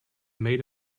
made